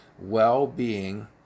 well-being